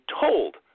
told